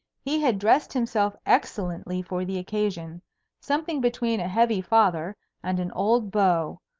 he had dressed himself excellently for the occasion something between a heavy father and an old beau,